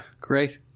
great